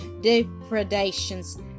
depredations